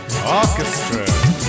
Orchestra